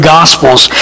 Gospels